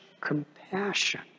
compassion